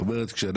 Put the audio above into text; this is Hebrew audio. זאת אומרת,